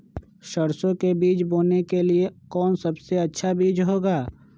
सरसो के बीज बोने के लिए कौन सबसे अच्छा बीज होगा?